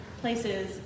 places